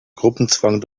gruppenzwang